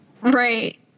Right